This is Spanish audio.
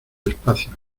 despacio